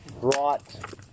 brought